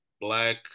black